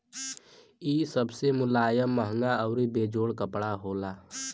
इ सबसे मुलायम, महंगा आउर बेजोड़ कपड़ा होला